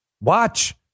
Watch